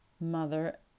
mother